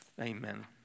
Amen